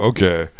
Okay